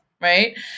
Right